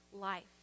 life